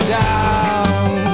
down